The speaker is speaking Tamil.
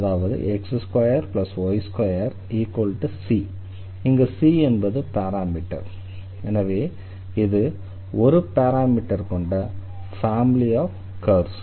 அதாவது x2y2c இங்கு c என்பது பாராமீட்டர் எனவே இது ஒரு பாராமீட்டர் கொண்ட ஃபேமிலி ஆஃப் கர்வ்ஸ்